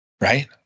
right